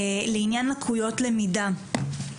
לעניין לקויות למידה.